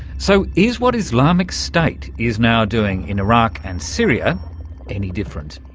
so, is what islamic state is now doing in iraq and syria any different?